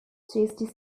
sculpture